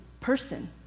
person